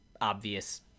obvious